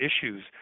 issues